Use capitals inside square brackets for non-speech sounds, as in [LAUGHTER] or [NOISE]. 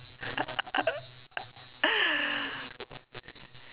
[LAUGHS]